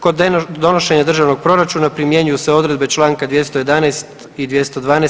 Kod donošenja državnog proračuna primjenjuju se odredbe Članka 211. i 212.